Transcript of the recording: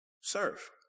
serve